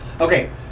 Okay